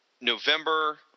November